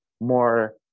more